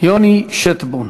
יוני שטבון.